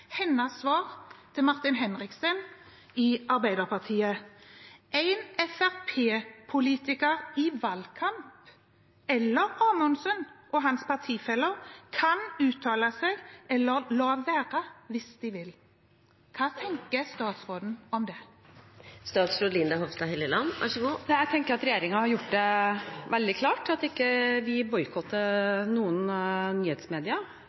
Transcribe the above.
hans partifeller, kan uttale seg – eller la være – hvis de vil. Hva tenker statsråden om det? Jeg tenker at regjeringen har gjort det veldig klart at vi ikke boikotter noen nyhetsmedier,